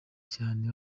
cyane